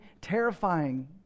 terrifying